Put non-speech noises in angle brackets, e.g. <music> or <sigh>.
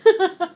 <laughs>